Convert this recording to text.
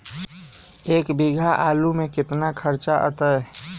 एक बीघा आलू में केतना खर्चा अतै?